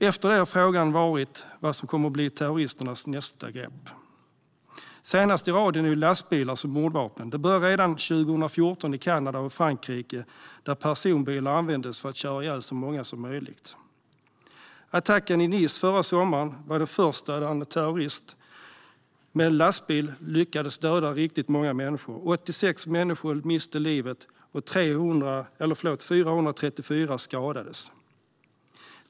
Efter det har frågan varit vad som kommer att bli terroristernas nästa grepp. Senast i raden är lastbilar som mordvapen. Det började redan 2014 i Kanada och Frankrike, där personbilar användes för att köra ihjäl så många som möjligt. Attacken i Nice förra sommaren var den första där en terrorist med en lastbil lyckades döda riktigt många människor. 86 människor miste livet, och 434 skadades.